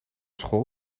school